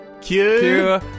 Cue